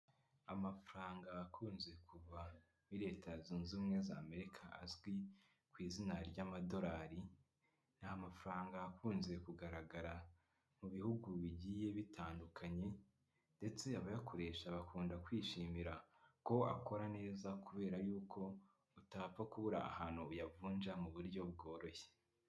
Amafaranga akunze kuva muri Leta zunze ubumwe z'Amerika azwi ku izina ry'amadolari, ni amafaranga akunze kugaragara mu bihugu bigiye bitandukanye, ndetse abayakoresha bakunda kwishimira ko akora neza, kubera yuko utapfa kubura ahantu uyavunja mu buryo bworoshye.